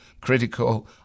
critical